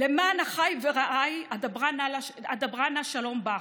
"למען אחי ורעי אדברה נא שלום בך".